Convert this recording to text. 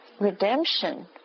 redemption